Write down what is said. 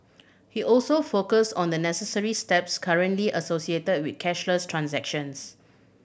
he also focused on the necessary steps currently associated with cashless transactions